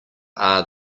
are